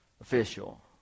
official